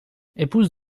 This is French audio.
épouse